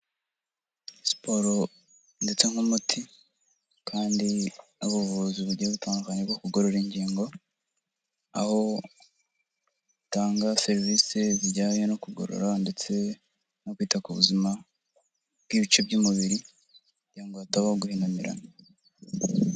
Siporo ndetse nk'umuti kandi n'ubuvuzi bugiye butandukanye bwo kugorora ingingo, aho butanga serivisi zijyanye no kugorora ndetse no kwita ku buzima bw'ibice by'umubiri, kugira ngo hatabaho guhinamirana.